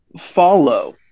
follow